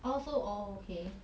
oh so oh okay